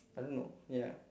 I don't know ya